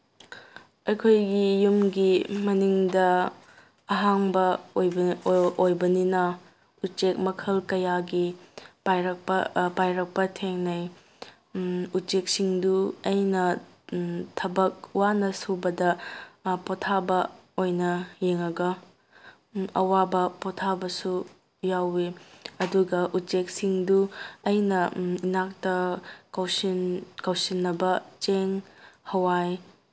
ꯑꯩꯈꯣꯏꯒꯤ ꯌꯨꯝꯒꯤ ꯃꯅꯤꯡꯗ ꯑꯍꯥꯡꯕ ꯑꯣꯏꯕ ꯑꯣꯏꯕꯅꯤꯅ ꯎꯆꯦꯛ ꯃꯈꯜ ꯀꯌꯥꯒꯤ ꯄꯥꯏꯔꯛꯄ ꯄꯥꯏꯔꯛꯄ ꯊꯦꯡꯅꯩ ꯎꯆꯦꯛꯁꯤꯡꯗꯨ ꯑꯩꯅ ꯊꯕꯛ ꯋꯥꯅ ꯁꯨꯕꯗ ꯄꯣꯊꯥꯕ ꯑꯣꯏꯅ ꯌꯦꯡꯉꯒ ꯑꯋꯥꯕ ꯄꯣꯊꯥꯕꯁꯨ ꯌꯥꯎꯋꯤ ꯑꯗꯨꯒ ꯎꯆꯦꯛꯁꯤꯡꯗꯨ ꯑꯩꯅ ꯏꯅꯥꯛꯇ ꯀꯧꯁꯤꯟꯅꯕ ꯆꯦꯡ ꯍꯋꯥꯏ